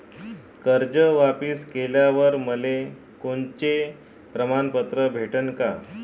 कर्ज वापिस केल्यावर मले कोनचे प्रमाणपत्र भेटन का?